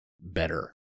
better